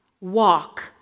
walk